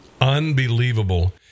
Unbelievable